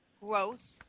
growth